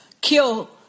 kill